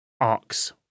arcs